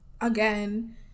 Again